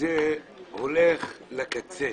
שזה הולך לקצה.